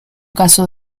caso